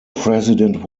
president